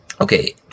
Okay